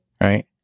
right